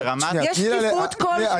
יש שקיפות כלשהי?